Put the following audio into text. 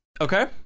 Okay